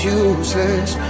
useless